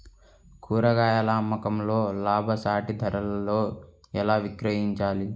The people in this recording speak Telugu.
కూరగాయాల అమ్మకంలో లాభసాటి ధరలలో ఎలా విక్రయించాలి?